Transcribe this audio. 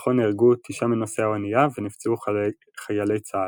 במהלכו נהרגו 9 מנוסעי האוניה ונפצעו חיילי צה"ל.